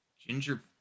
ginger